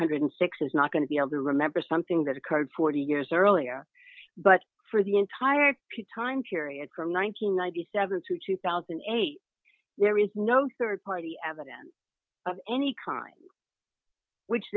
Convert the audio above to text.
hundred and six is not going to be able to remember something that occurred forty years earlier but for the entire time period from one thousand and ninety seven to two thousand and eight there is no rd party evidence of any crime which